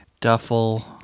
duffel